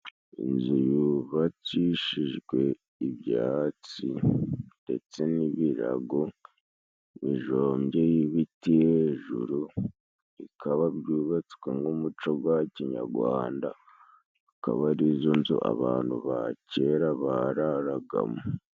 Inzu yubakishijwe ibyatsi ndetse n'ibirago bijombyeho ibiti hejuru ,bikaba byubatswe nk'umuco gwa kinyagwanda ,akaba ari zo nzu abantu ba kera bararagamo.